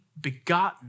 begotten